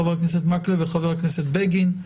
חבר הכנסת מקלב וחבר הכנסת בגין.